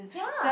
ya